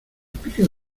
picas